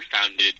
founded